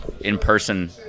in-person